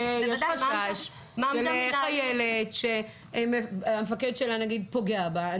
של חיילת שהמפקד שלה פוגע בה.